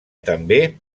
també